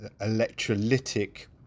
electrolytic